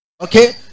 okay